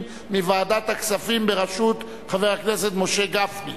מוועדת הכספים בראשות חבר הכנסת משה גפני.